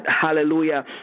hallelujah